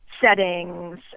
settings